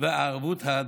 והערבות ההדדית.